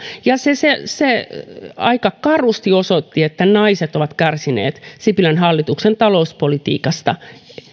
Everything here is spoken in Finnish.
ja se se aika karusti osoitti että naiset ovat kärsineet sipilän hallituksen talouspolitiikasta